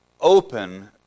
open